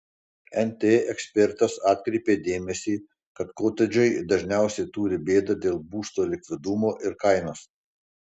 nt ekspertas atkreipė dėmesį kad kotedžai dažniausiai turi bėdą dėl būsto likvidumo ir kainos